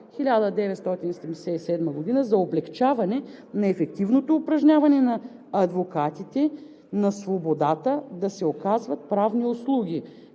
1977 г. за облекчаване на ефективното упражняване от адвокатите на свободата да се оказват правни услуги,